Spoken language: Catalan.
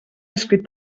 escrit